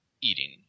eating